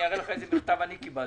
אני אראה לך איזה מכתב אני קיבלתי.